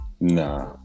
Nah